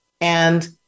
And-